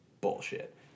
bullshit